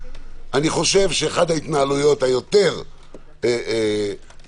אני חושב שאחת ההתנהלויות היותר מקצועיות